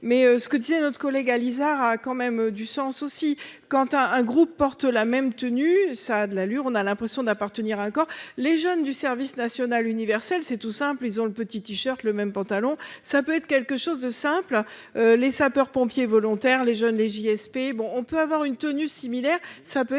Mais ce que disait notre collègue Alizart a quand même du sens aussi Quentin un groupe porte la même tenue. Ça a de l'allure. On a l'impression d'appartenir encore. Les jeunes du service national universel, c'est tout simple. Ils ont le petit t-shirt le même pantalon, ça peut être quelque chose de simple. Les sapeurs-pompiers volontaires, les jeunes les JSP, bon on peut avoir une tenue similaire. Ça peut